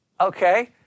okay